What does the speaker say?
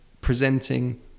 presenting